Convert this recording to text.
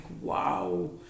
wow